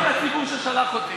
מכבד ומשרת את הציבור ששלח אותי.